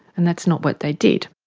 and that's not what they did.